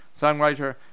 songwriter